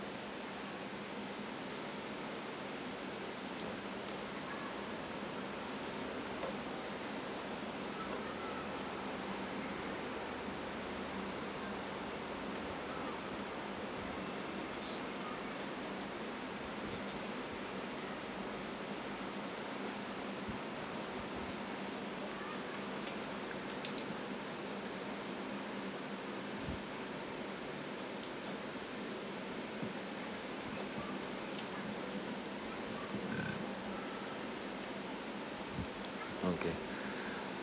okay